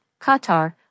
Qatar